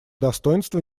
достоинства